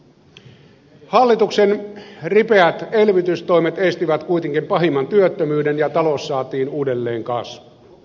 hallituksen ripeät elvytystoimet estivät kuitenkin pahimman työttömyyden ja talous saatiin uudelleen kasvuun